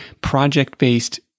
project-based